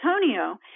Antonio